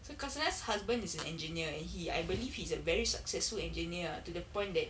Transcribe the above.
so kasanaz's husband is an engineer and he I believe he's a very successful engineer ah to the point that